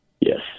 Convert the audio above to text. Yes